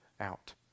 out